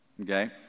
okay